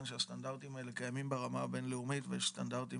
שהסטנדרטים האלה קיימים ברמה הבין-לאומית ויש סטנדרטים